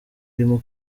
irimo